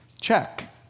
Check